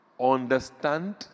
Understand